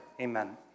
amen